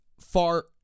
far